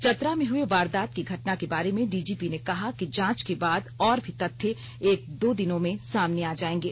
चतरा में हुए वारदात की घटना के बारे में डीजीपी ने कहा कि जांच के बाद और भी तथ्य एक दो दिनों में सामने आ जाएंगे